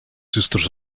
sisters